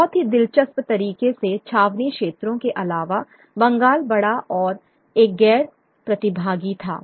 बहुत ही दिलचस्प तरीके से छावनी क्षेत्रों के अलावा बंगाल बड़ा और एक गैर प्रतिभागी था